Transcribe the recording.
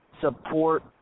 support